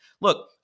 Look